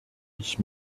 ich